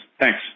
Thanks